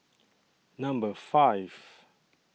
Number five